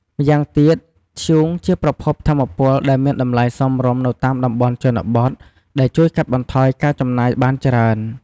ម្យ៉ាងទៀត ធ្យូងជាប្រភពថាមពលដែលមានតម្លៃសមរម្យនៅតាមតំបន់ជនបទដែលជួយកាត់បន្ថយការចំណាយបានច្រើន។